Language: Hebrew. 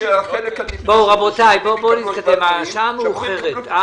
רבותי, בוא נתקדם, השעה מאוחרת.